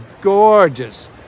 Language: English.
gorgeous